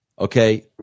Okay